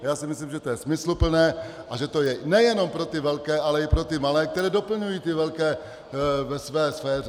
Já si myslím, že to je smysluplné a že to je nejenom pro ty velké, ale i pro ty malé, kteří doplňují ty velké ve své sféře.